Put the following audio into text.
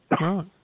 Right